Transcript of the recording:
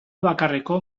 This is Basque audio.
bakarreko